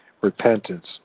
repentance